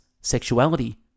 sexuality